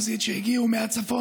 שם יש בית כלא,